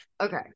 Okay